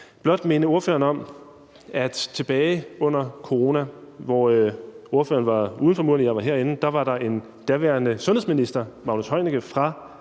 blot minde ordføreren om, at tilbage under corona, hvor ordføreren var uden for murene og jeg var herinde, sagde den daværende sundhedsminister, Magnus Heunicke, som